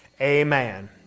Amen